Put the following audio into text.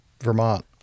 Vermont